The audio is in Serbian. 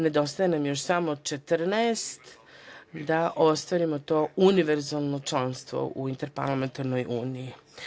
Nedostaje nam još samo 14 da ostvarimo to univerzalno članstvo u Interparlamentarnoj uniji.